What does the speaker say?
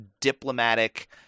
diplomatic